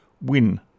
win